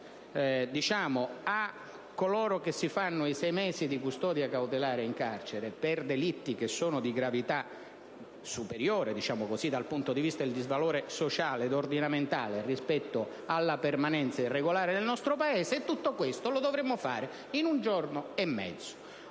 a coloro che si fanno sei mesi di custodia cautelare in carcere per delitti che sono di gravità superiore dal punto di vista del disvalore sociale e ordinamentale, rispetto alla permanenza irregolare nel nostro Paese. E tutti questi argomenti dovremmo approvarli in un giorno e mezzo.